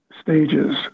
stages